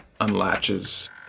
unlatches